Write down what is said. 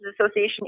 Association